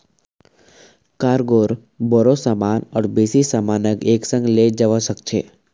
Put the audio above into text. cargo बोरो सामान और बेसी सामानक एक संग ले जव्वा सक छ